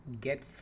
get